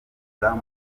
murongo